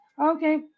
Okay